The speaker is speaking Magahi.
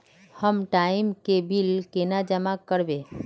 हम लाइट के बिल केना जमा करबे?